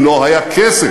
כי לא היה כסף.